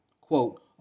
Quote